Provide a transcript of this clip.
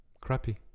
Crappy